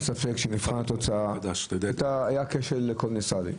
שבמבחן התוצאה היה כשל קולוסלי.